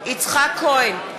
יצחק כהן,